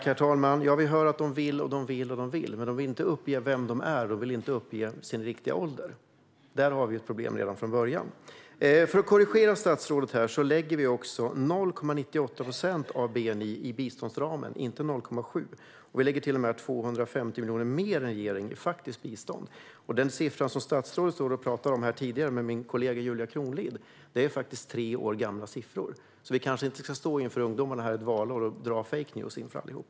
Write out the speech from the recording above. Herr talman! Vi hör att de vill, vill och vill. Men de vill inte uppge vilka de är, och de vill inte uppge sin riktiga ålder. Där har vi ett problem redan från början. För att korrigera statsrådet: Vi lägger 0,98 procent av bni i biståndsramen, inte 0,7. Vi lägger till och med 250 miljoner mer än regeringen i faktiskt bistånd. De siffror som statsrådet stod och pratade om här tidigare med min kollega Julia Kronlid är faktiskt tre år gamla. Vi kanske inte ska stå inför ungdomarna här ett valår och dra fake news inför allihop.